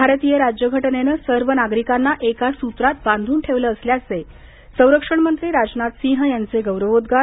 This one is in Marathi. भारतीय राज्यघटनेनं सर्व नागरिकांना एका सूत्रात बांधून ठेवलं असल्याचं संरक्षण मंत्री राजनाथ सिंह यांचे गौरवोद्गार